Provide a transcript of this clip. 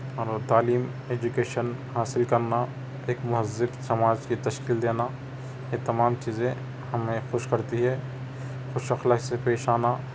تعلیم ایجوکیشن حاصل کرنا ایک مہذب سماج کی تشکیل دینا یہ تمام چیزیں ہمیں خوش کرتی ہے خوش اخلاقی سے پیش آنا